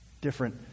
different